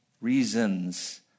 reasons